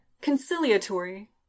conciliatory